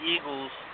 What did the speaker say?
Eagles